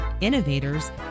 innovators